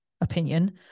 opinion